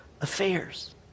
affairs